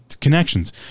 connections